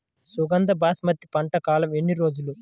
సుగంధ బాస్మతి పంట కాలం ఎన్ని రోజులు?